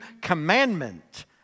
commandment